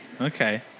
Okay